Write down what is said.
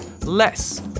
less